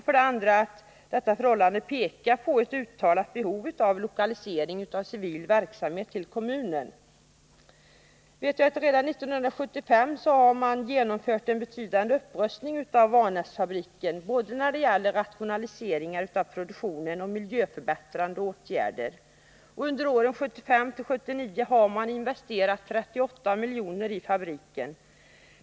För det andra visar det att det finns ett uttalat behov av lokalisering av civil verksamhet till kommunen. Redan 1975 genomfördes en betydande upprustning av Vanäsfabriken. Man rationaliserade produktionen och vidtog miljöförbättrande åtgärder. Åren 1975-1979 investerades 38 milj.kr. i fabriken.